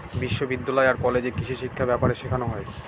বিশ্ববিদ্যালয় আর কলেজে কৃষিশিক্ষা ব্যাপারে শেখানো হয়